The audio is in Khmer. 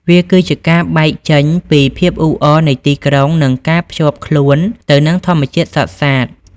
វាគឺជាការបែកចេញពីភាពអ៊ូអរនៃទីក្រុងនិងការភ្ជាប់ខ្លួនទៅនឹងធម្មជាតិសុទ្ធសាធ។